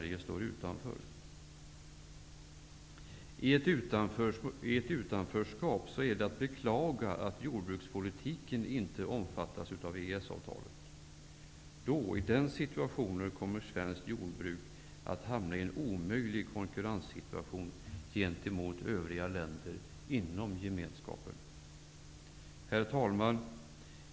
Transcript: I ett utanförskap är det att beklaga att jordbrukspolitiken inte omfattas av EES-avtalet. Då kommer svenskt jordbruk att hamna i en omöjlig konkurrenssituation gentemot övriga länder inom gemenskapen. Herr talman!